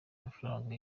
amafaranga